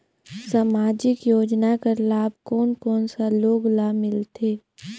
समाजिक योजना कर लाभ कोन कोन सा लोग ला मिलथे?